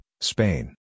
Spain